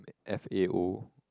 ~F_A_O